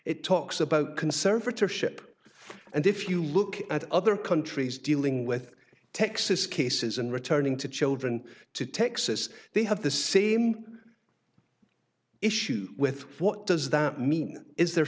it talks about conservatorship and if you look at other countries dealing with texas cases and returning to children to texas they have the same issues with what does that mean is there